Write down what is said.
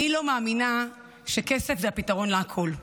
אני לא מאמינה שכסף זה הפתרון לכול,